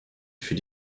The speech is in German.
für